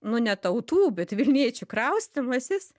nu ne tautų bet vilniečių kraustymasis